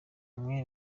umwe